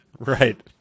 Right